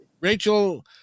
Rachel